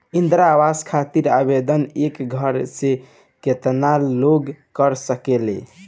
इंद्रा आवास खातिर आवेदन एक घर से केतना लोग कर सकेला?